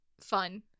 fun